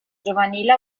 giovanile